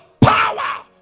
power